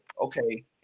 okay